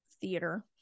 theater